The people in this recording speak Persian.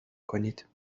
کنید